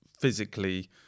physically